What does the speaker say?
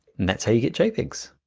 and that's how you get jpegs.